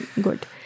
good